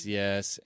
yes